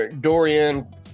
Dorian